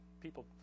people